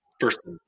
First